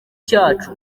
cyacu